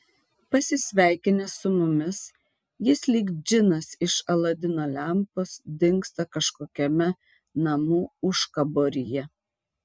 pasisveikinęs su mumis jis lyg džinas iš aladino lempos dingsta kažkokiame namų užkaboryje